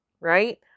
Right